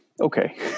Okay